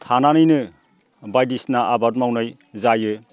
थानानैनो बायदिसिनाआबाद मावनाय जायो